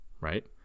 right